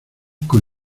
con